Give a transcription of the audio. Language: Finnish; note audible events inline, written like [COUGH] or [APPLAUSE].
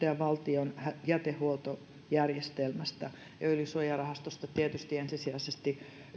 [UNINTELLIGIBLE] ja valtion jätehuoltojärjestelmästä öljysuojarahastosta tietysti ensisijaisesti